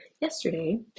yesterday